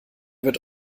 wird